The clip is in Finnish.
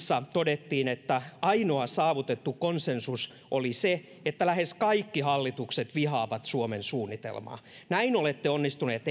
todettiin että ainoa saavutettu konsensus oli se että lähes kaikki hallitukset vihaavat suomen suunnitelmaa näin olette onnistuneet